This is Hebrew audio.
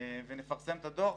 ונפרסם את הדוח.